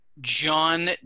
john